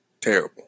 Terrible